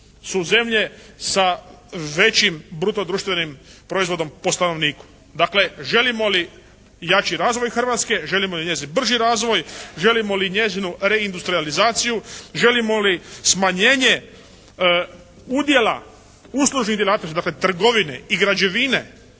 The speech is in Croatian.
su zemlje sa većim bruto društvenim proizvodom po stanovniku. Dakle, želimo li jači razvoj Hrvatske, želimo li njezin brži razvoj, želimo li njezinu reindustrijalizaciju, želimo li smanjenje udjela uslužnih djelatnost, dakle trgovine i građevine